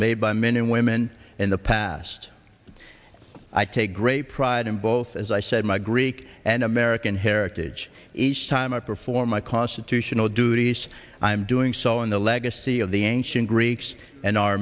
made by men and women in the past i take great pride in both as i said my greek and american heritage each time i perform my constitutional duties i am doing so in the legacy of the ancient greeks and our